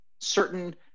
certain